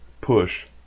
push